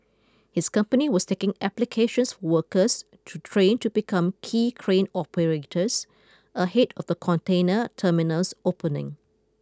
his company was taking applications workers to train to become quay crane operators ahead of the container terminal's opening